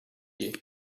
you